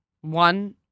One